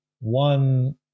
one